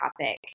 topic